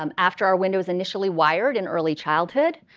um after our window was initially wired in early childhood,